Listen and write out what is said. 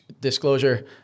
disclosure